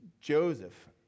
joseph